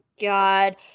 God